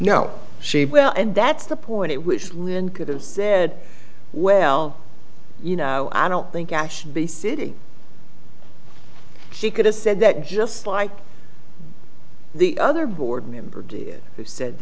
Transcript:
know she will and that's the point at which lynn could have said well you know i don't think i should be city she could have said that just like the other board member did you said